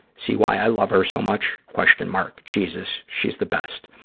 see why i love her so much, question mark. jesus, she's the best.